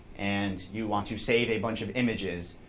and you want to save a bunch of images.